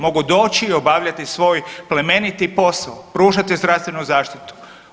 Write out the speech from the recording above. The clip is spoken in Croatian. Mogu doći i obavljati svoj plemeniti posao, pružati zdravstvenu zaštitu.